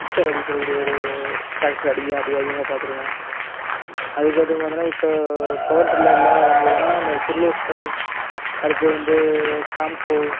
இச்சர் அப்படின்னு சொல்லக்கூடிய ஒரு ட்ராக்டர் அடிக்கடி அதிகமாக பார்த்துருக்கேன் அதுக்கேற்ற மாதிரி பார்த்தோம்னா இப்போ பவர்டில் இல்லை வந்து பார்த்தோம்னா அந்த கிர்லோஸ்க்கர் அடுத்தது வந்து காம்க்கோ